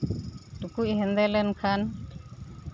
ᱴᱩᱠᱩᱡ ᱦᱮᱸᱫᱮ ᱞᱮᱱᱠᱷᱟᱱ